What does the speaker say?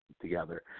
together